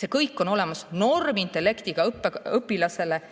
See kõik on olemas. Normintellektiga õpilasele